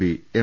P M